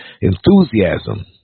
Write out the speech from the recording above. enthusiasm